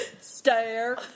stare